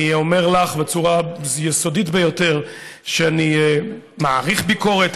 אני אומר לך בצורה יסודית ביותר שאני מעריך ביקורת,